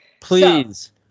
Please